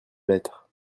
lettre